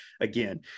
again